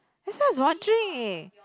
that's why I was wondering